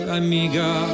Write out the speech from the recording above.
amiga